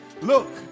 look